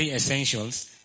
essentials